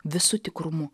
visu tikrumu